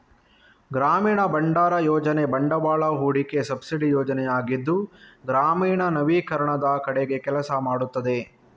ಗ್ರಾಮೀಣ ಭಂಡಾರ ಯೋಜನೆ ಬಂಡವಾಳ ಹೂಡಿಕೆ ಸಬ್ಸಿಡಿ ಯೋಜನೆಯಾಗಿದ್ದು ಗ್ರಾಮೀಣ ನವೀಕರಣದ ಕಡೆಗೆ ಕೆಲಸ ಮಾಡುತ್ತದೆ